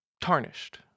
tarnished